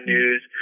News